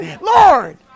Lord